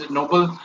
noble